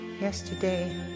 yesterday